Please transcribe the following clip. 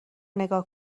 نگاه